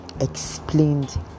explained